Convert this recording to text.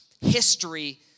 history